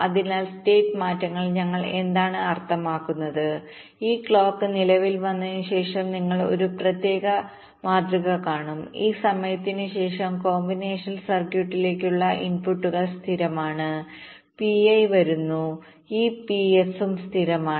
അതിനാൽ സ്റ്റേറ്റ് മാറ്റങ്ങളാൽ ഞങ്ങൾ എന്താണ് അർത്ഥമാക്കുന്നത് ഈ ക്ലോക്ക് നിലവിൽ വന്നതിനുശേഷം നിങ്ങൾ ഒരു പ്രത്യേക മാതൃക കാണും ഈ സമയത്തിനുശേഷം കോമ്പിനേഷണൽ സർക്യൂട്ടിലേക്കുള്ള ഇൻപുട്ടുകൾ സ്ഥിരമാണ് പിഐ വരുന്നു ഈ പിഎസും സ്ഥിരമാണ്